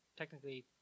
technically